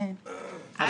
מי הצביע בעד פיזור הכנסת?